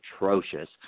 atrocious